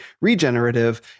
regenerative